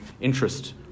interest